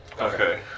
Okay